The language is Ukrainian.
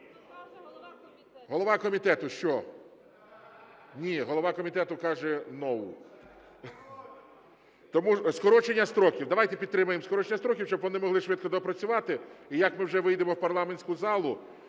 Голова комітету, що? Ні, голова комітету каже "ноу". Скорочення строків. Давайте підтримаємо скорочення строків, щоб вони могли швидко доопрацювати. І як ми вже вийдемо в парламентську залу,